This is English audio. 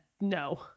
no